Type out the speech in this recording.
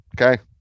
Okay